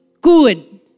good